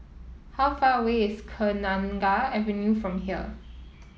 how far away is Kenanga Avenue from here